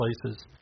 places